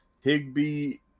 Higby